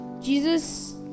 Jesus